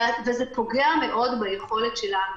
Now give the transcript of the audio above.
וזה פוגע מאוד ביכולת שלנו.